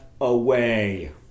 away